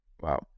Wow